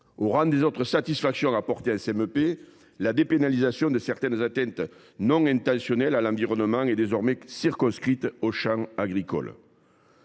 Au rang des autres satisfactions apportées par la commission mixte paritaire, la dépénalisation de certaines atteintes non intentionnelles à l’environnement est désormais circonscrite au champ agricole.